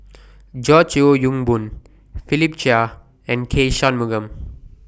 George Yeo Yong Boon Philip Chia and K Shanmugam